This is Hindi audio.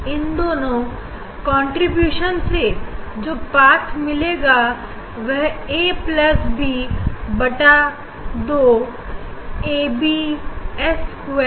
इन दोनों कंट्रीब्यूशन से जो पाठ मिलेगा वह ए प्लस बी बटा दो एबी एस स्क्वायर